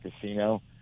casino